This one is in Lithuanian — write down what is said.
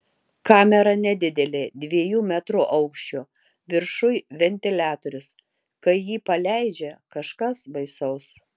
kamera nedidelė dviejų metrų aukščio viršuj ventiliatorius kai jį paleidžia kažkas baisaus